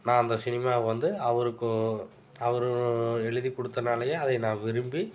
நான் அந்த சினிமா வந்து அவருக்கும் அவரு எழுதி கொடுத்தனாலையே அதை நான் விரும்பி